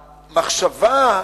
המחשבה,